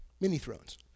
mini-thrones